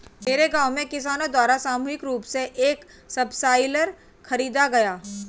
मेरे गांव में किसानो द्वारा सामूहिक रूप से एक सबसॉइलर खरीदा गया